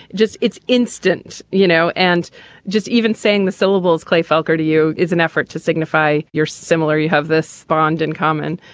just it's instant, you know. and just even saying the syllables, clay felker to you is an effort to signify you're similar you have this bond in common.